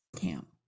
camp